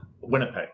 Winnipeg